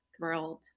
thrilled